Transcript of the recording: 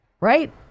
Right